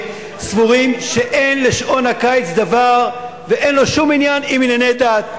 סבורים שאין לשעון קיץ דבר ואין לו שום עניין עם ענייני דת.